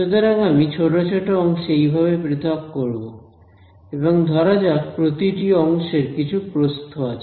সুতরাং আমি ছোট ছোট অংশে এইভাবে পৃথক করব এবং ধরা যাক প্রতিটি অংশের কিছু প্রস্থ আছে